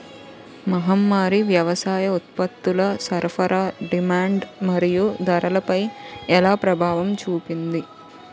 మహమ్మారి వ్యవసాయ ఉత్పత్తుల సరఫరా డిమాండ్ మరియు ధరలపై ఎలా ప్రభావం చూపింది?